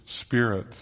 Spirit